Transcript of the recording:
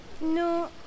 No